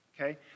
okay